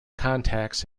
contacts